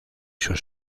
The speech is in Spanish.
sus